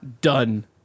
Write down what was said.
Done